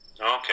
Okay